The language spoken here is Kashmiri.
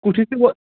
کُٹھس تہِ وۄ